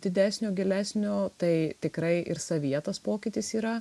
didesnio gilesnio tai tikrai ir savyje tas pokytis yra